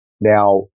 Now